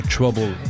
Trouble